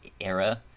era